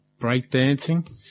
breakdancing